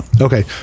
Okay